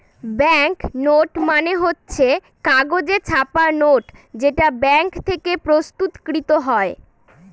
bank note মানে হচ্ছে কাগজে ছাপা নোট যেটা ব্যাঙ্ক থেকে প্রস্তুত কৃত হয়